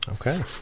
Okay